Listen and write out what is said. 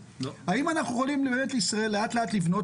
האם אנחנו יכולים לבנות לנו בישראל לאט לאט תרבות